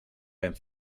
ben